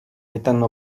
ritenne